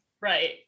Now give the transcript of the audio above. Right